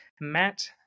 Matt